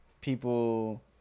People